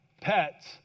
pets